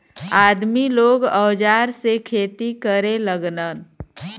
आदमी लोग औजार से खेती करे लगलन